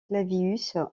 clavius